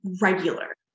regular